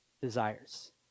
desires